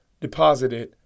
deposited